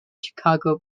chicago